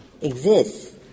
exists